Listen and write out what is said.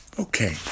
Okay